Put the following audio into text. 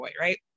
right